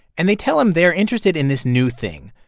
and they tell him they're interested in this new thing,